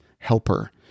helper